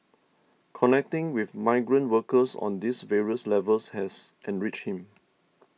connecting with migrant workers on these various levels has enriched him